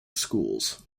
schools